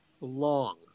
long